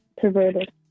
Perverted